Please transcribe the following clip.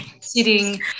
sitting